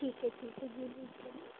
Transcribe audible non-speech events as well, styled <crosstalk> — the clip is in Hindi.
ठीक है ठीक है जी जी जी <unintelligible>